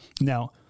Now